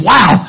Wow